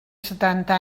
setanta